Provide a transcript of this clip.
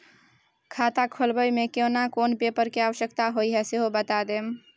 खाता खोलैबय में केना कोन पेपर के आवश्यकता होए हैं सेहो बता देब?